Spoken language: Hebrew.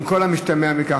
עם כל המשתמע מכך,